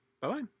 Bye-bye